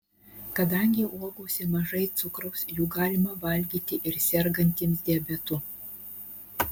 kadangi uogose mažai cukraus jų galima valgyti ir sergantiems diabetu